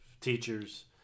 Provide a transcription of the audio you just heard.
teachers